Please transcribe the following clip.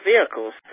vehicles